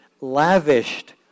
lavished